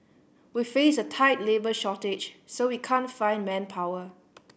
we face a tight labour shortage so we can't find manpower